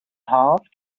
half